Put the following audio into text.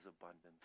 abundance